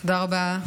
תודה רבה.